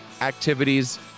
activities